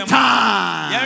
time